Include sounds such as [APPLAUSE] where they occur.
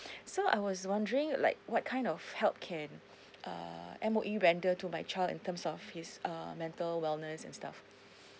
[BREATH] so I was wondering like what kind of help can err M_O_E render to my child in terms of his uh mental wellness and stuff